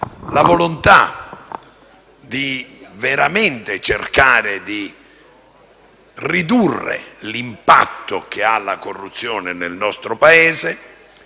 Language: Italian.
veramente di ridurre l'impatto che ha la corruzione nel nostro Paese - tuttavia